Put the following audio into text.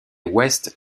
ouest